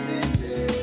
City